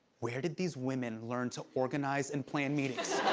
where did these women learn to organize and plan meetings?